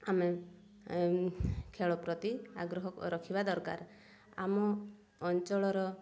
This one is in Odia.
ଆମେ ଖେଳ ପ୍ରତି ଆଗ୍ରହ ରଖିବା ଦରକାର ଆମ ଅଞ୍ଚଳର